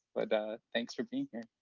but thanks for being here.